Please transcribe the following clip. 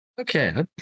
Okay